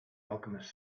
alchemist